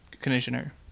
conditioner